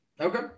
Okay